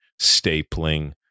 stapling